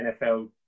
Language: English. NFL